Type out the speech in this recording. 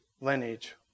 lineage